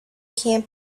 camp